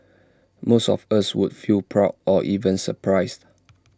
most of us would feel proud or even surprised